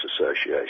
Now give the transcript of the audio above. Association